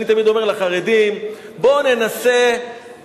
אני תמיד אומר לחרדים: בואו ננסה לתת